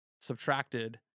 subtracted